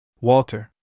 Walter